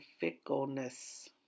fickleness